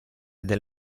del